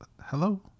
Hello